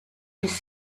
his